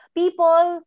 people